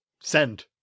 Send